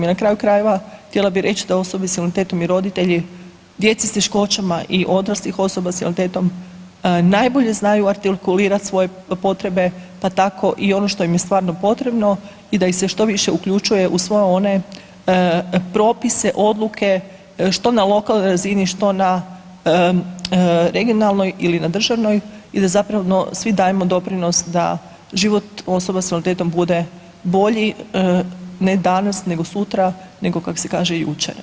I na kraju krajeva, htjela bih reć da osobe s invaliditetom i roditelji djece s teškoćama i odraslih osoba s invaliditetom najbolje znaju artikulirati svoje potrebe, pa tako i ono što im je stvarno potrebno i da ih se što više uključuje i sve one propise, odluke, što na lokalnoj razini, što na regionalnoj ili na državnoj i da zapravo svi dajemo doprinos da život osoba s invaliditetom bude bolji, ne danas, nego sutra, nego kak se kaže, jučer.